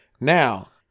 Now